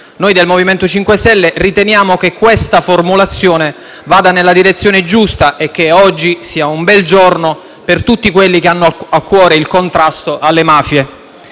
Noi del MoVimento 5 Stelle riteniamo che questa formulazione vada nella direzione giusta e che oggi sia un bel giorno per tutti quelli che hanno a cuore il contrasto alle mafie.